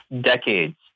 decades